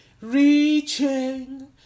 Reaching